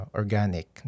organic